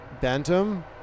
Bantam